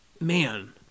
Man